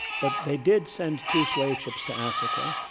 but they did send two slave ships to africa,